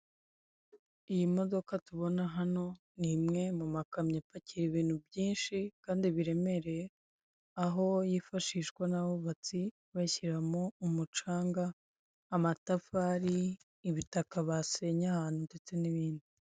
Iyi modoka tubona hano nimwe mumakamyo apakira ibintu byinshi kandi biremereye aho yifashishwa n'abubatsi bashyiramo imicanga, amatafari, ibitaka basenye ahantu ndetse nibindi.